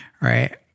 right